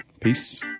Peace